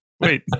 Wait